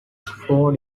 four